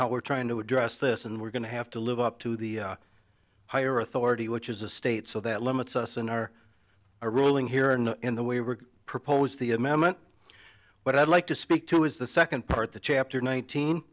how we're trying to address this and we're going to have to live up to the higher authority which is a state so that limits us and our a ruling here and in the way we're proposed the amendment what i'd like to speak to is the second part the chapter nineteen